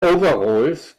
overalls